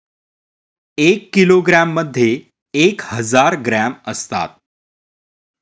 एक किलोग्रॅममध्ये एक हजार ग्रॅम असतात